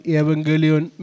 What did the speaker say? evangelion